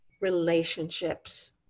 relationships